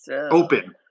open